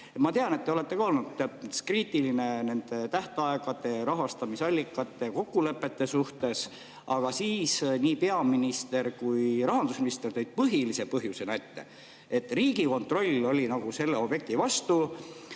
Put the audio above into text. Ma tean, et te ka olete olnud kriitiline nende tähtaegade, rahastamisallikate ja kokkulepete suhtes, aga nii peaminister kui ka rahandusminister tõid põhiliseks põhjuseks selle, et Riigikontroll oli selle objekti vastu